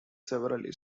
several